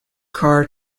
car